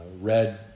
read